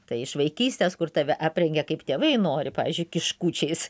tai iš vaikystės kur tave aprengia kaip tėvai nori pavyzdžiui kiškučiais